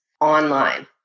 online